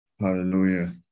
Hallelujah